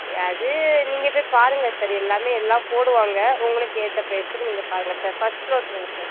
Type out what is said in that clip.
அது நீங்கள் போய் பாருங்க சார் எல்லாமே எல்லாம் போடுவாங்க உங்களுக்கு ஏற்ற ப்ரைஸுக்கு நீங்கள் பாருங்க சார் ஃபஸ்ட் ஃப்ளோர் போங்க சார்